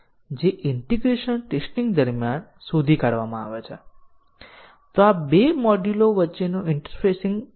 X S ના DEF સમૂહમાં છે X S1 ના USES સમૂહમાં છે અને S ની કોઈ મધ્યવર્તી વ્યાખ્યા નથી S અને S1 વચ્ચે X ને માફ કરો